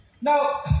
Now